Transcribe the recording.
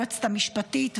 היועצת המשפטית וכו'.